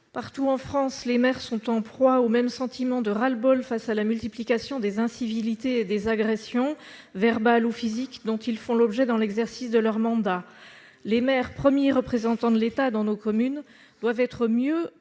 Partout en France, ces élus éprouvent le même sentiment de ras-le-bol face à la multiplication des incivilités et des agressions verbales ou physiques dont ils font l'objet dans l'exercice de leur mandat. Les maires, premiers représentants de l'État dans nos communes, doivent être mieux